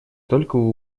только